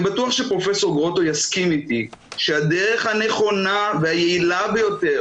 אני בטוח שפרופ' גרוטו יסכים איתי שהדרך הנכונה והיעילה ביותר